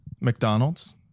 mcdonald's